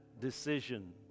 decision